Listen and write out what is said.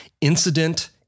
incident